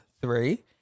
three